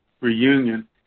reunion